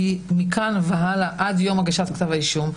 היא מכאן והלאה עד יום הגשת כתב אישום,